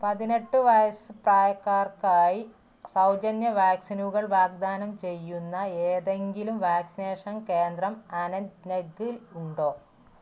പതിനെട്ട് വയസ്സ് പ്രായക്കാർക്കായി സൗജന്യ വാക്സിനുകൾ വാഗ്ദാനം ചെയ്യുന്ന ഏതെങ്കിലും വാക്സിനേഷൻ കേന്ദ്രം അനന്ത്നാഗിൽ ഉണ്ടോ